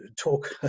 talk